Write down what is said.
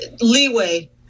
leeway